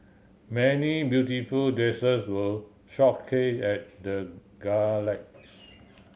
many beautiful dresses were showcase at the gala